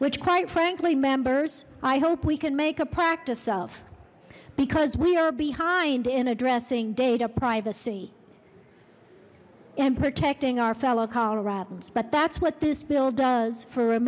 which quite frankly members i hope we can make a practice of because we are behind in addressing data privacy in protecting our fellow colorado's but that's what this bill does for